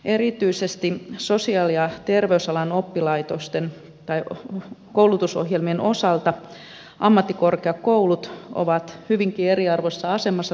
erityisesti sosiaali ja terveysalan koulutusohjelmien osalta ammattikorkeakoulut ovat hyvinkin eriarvoisessa asemassa